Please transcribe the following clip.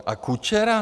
A Kučera?